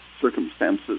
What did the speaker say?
circumstances